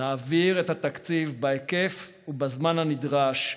להעביר את התקציב בהיקף ובזמן הנדרש,